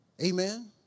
Amen